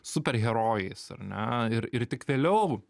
super herojais ar ne ir ir tik vėliau